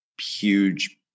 huge